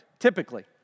typically